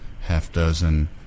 half-dozen